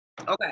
Okay